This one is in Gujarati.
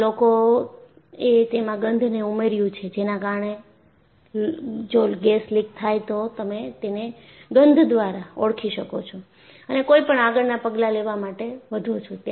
પણ લોકોએ તેમાં ગંધ ને ઉમેર્યું છે જેના કારણે જો ગેસ લીક થાય તો તમે તેને ગંધ દ્વારા ઓળખી શકો છો અને કોઈ પણ આગળના પગલાં લેવા માટે વધો છો